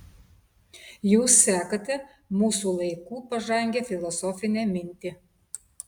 jūs sekate mūsų laikų pažangią filosofinę mintį